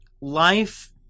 Life